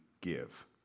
give